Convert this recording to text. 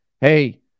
hey